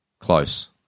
close